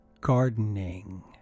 gardening